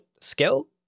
skill